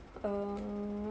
err